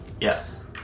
Yes